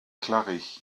clarée